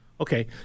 okay